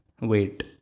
wait